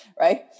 Right